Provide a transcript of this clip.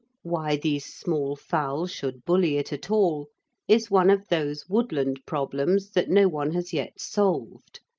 why these small fowl should bully it at all is one of those woodland problems that no one has yet solved.